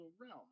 realm